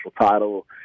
title